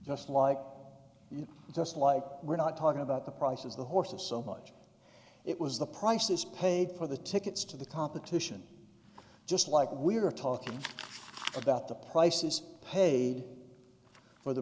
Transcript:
just like you just like we're not talking about the prices the horses so much it was the prices paid for the tickets to the competition just like we are talking about the prices paid for the